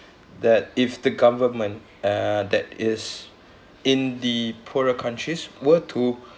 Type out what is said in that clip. that if the government uh that is in the poorer countries were too